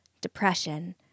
depression